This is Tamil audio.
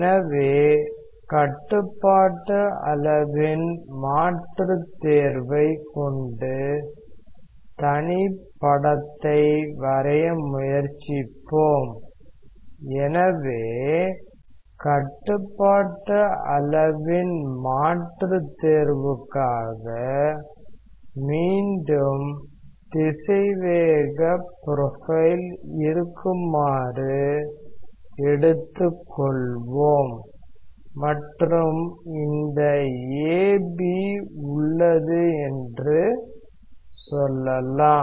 எனவே கட்டுப்பாட்டு அளவின் மாற்று தேர்வைக் கொண்டு தனி படத்தை வரைய முயற்சிப்போம் எனவே கட்டுப்பாட்டு அளவின் மாற்று தேர்வுக்காக மீண்டும் திசைவேக ப்ரொஃபைல் இருக்குமாறு எடுத்துக்கொள்வோம் மற்றும் இந்த AB உள்ளது என்று சொல்லலாம்